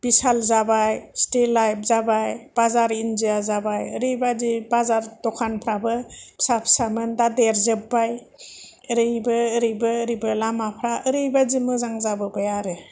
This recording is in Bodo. बिसाल जाबाय सिटि लाइप जाबाय बाजार इन्डिया जाबाय ओरैबादि बाजार दखानफ्राबो फिसा फिसामोन दा देरजोबबाय ओरैबो ओरैबो ओरैबो लामाफ्रा ओरैबादि मोजां जाबोबाय आरो